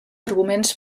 arguments